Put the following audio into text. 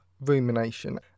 rumination